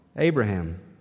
Abraham